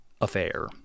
affair